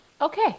Okay